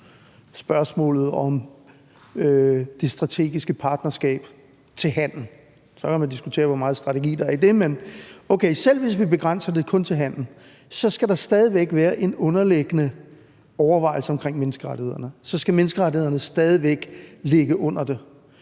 spørgsmålet om det strategiske partnerskab kun til handel – så kan man diskutere, hvor meget strategi der er i det, men okay – så skal der stadig væk være en underliggende overvejelse omkring menneskerettighederne; at så skal menneskerettighederne stadig væk ligge under det?